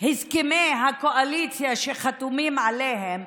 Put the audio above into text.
הסכמי הקואליציה שהם חתומים עליהם,